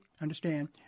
understand